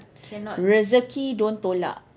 rezeki don't tolak